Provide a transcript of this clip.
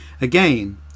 again